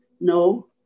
no